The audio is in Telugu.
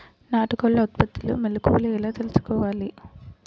నాటుకోళ్ల ఉత్పత్తిలో మెలుకువలు ఎలా తెలుసుకోవాలి?